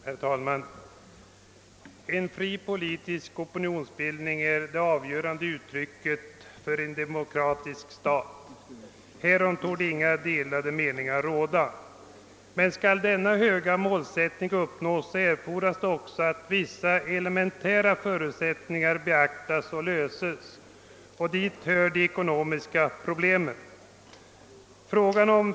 Herr talman! En fri politisk opinionsbildning är det avgörande uttrycket för en demokratisk stat. Härom torde inga delade meningar råda. Men skall denna höga målsättning förverkligas, erfordras det också att vissa elementära förutsättningar beaktas och löses. Dit hör de ekonomiska problemen.